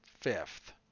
fifth